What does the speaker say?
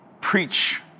Preach